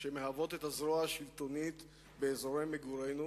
שמהוות זרוע שלטונית באזורי מגורינו